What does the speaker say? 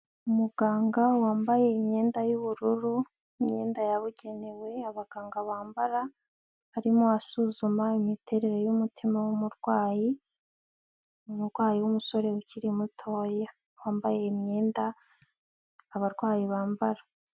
Umuganga wambaye imyenda y'ubururu n' imyenda yabugenewe abaganga bambara, arimo asuzuma imiterere y'umutima w'umurwayi, umurwayi w'umusore ukiri mutoya, wambaye imyenda abarwayi bambara.